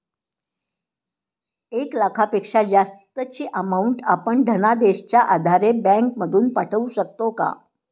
एक लाखापेक्षा जास्तची अमाउंट आपण धनादेशच्या आधारे बँक मधून पाठवू शकतो का?